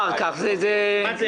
מה זה?